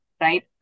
right